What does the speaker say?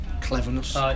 cleverness